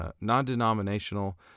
non-denominational